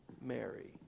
Mary